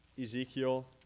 Ezekiel